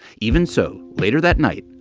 even so, later that night,